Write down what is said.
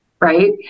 right